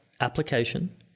application